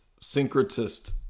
syncretist